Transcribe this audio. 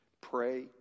pray